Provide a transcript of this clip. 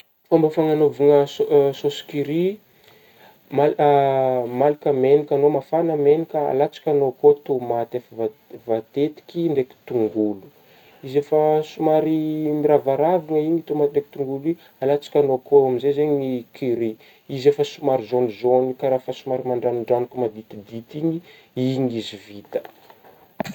Fômba fanagnaovagna saosy ki-curry malaka megnaka anao mafana megnaka alatsakagnao koa tômaty efa voa-voatetiky ndraiky tongolo izy efa somary miravaravina igny tômaty ndraiky dongolo ,alatsakanao koa amin'izey zegny curry izy efa somary jaune-jaune ka raha efa somary mandranondranoka maditidity igny ,igny izy vita.